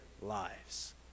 lives